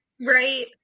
right